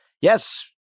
Yes